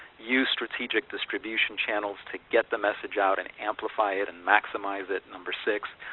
use strategic distribution channels to get the message out, and amplify it, and maximize it, number six.